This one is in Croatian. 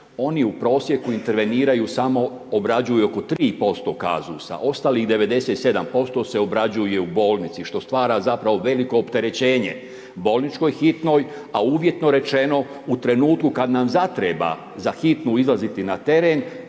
Oni u prosjeku interveniraju samo, obrađuju oko 3% .../Govornik se ne razumije./... Ostalih 97% se obrađuje u bolnici, što stvara zapravo veliko opterećenje bolničkoj hitnoj, a uvjetno rečeno, u trenutku kad nam zatreba za hitnu izlaziti na teren,